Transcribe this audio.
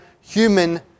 human